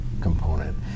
component